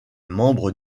membres